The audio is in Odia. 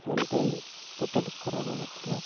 ଫ୍ୟାନ୍ଟା ବି ଟୋଟାଲି ଖରାପ ଥିଲା